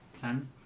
ten